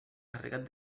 carregat